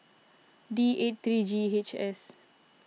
D eight three G H S